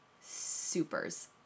supers